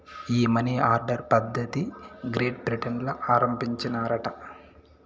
ఈ money order పద్ధతిది great Britain ల ఆరంబించినారట